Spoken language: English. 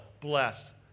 bless